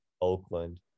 Oakland